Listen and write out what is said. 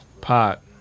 Pot